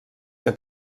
que